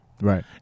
right